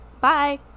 Bye